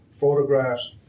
photographs